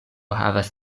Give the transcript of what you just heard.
havas